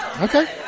Okay